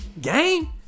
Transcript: Game